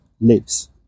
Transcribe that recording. lives